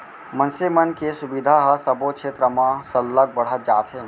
मनसे मन के सुबिधा ह सबो छेत्र म सरलग बढ़त जात हे